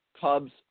Cubs